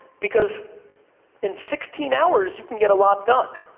because in sixteen hours, you can get a lot done.